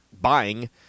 buying